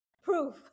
Proof